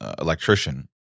electrician